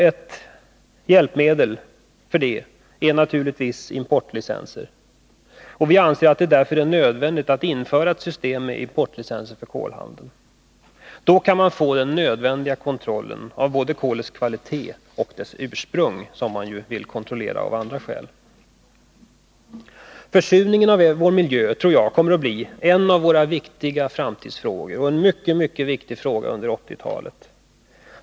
Ett hjälpmedel är här naturligtvis importlicenser, och vi anser att det därför är nödvändigt att införa ett system med importlicenser för kolhandeln. Då kan man få den nödvändiga kontrollen av både kolets kvalitet och dess ursprung, som man vill kontrollera av andra skäl. Försurningen av vår miljö tror jag kommer att bli en av våra viktigaste framtidsfrågor och en mycket viktig fråga under 1980-talet.